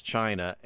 China